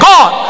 God